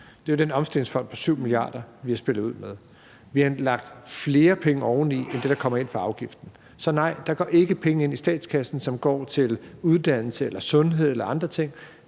Det er jo den omstillingsfond på 7 mia. kr., vi har spillet ud med. Vi har lagt flere penge oveni det end det, der kommer ind fra afgiften. Så nej, der går ikke penge ind i statskassen, som kommer til at gå til uddannelse, sundhed eller andre ting.